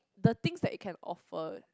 the things that it can offer